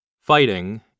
Fighting